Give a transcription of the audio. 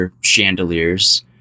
chandeliers